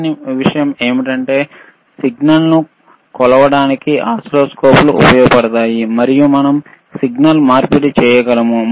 చివరి విషయం ఏమిటంటే సిగ్నల్ను కొలవడానికి ఓసిల్లోస్కోప్లు ఉపయోగించబడతాయి మరియు మనం సిగ్నల్ మార్పిడి చేయగలం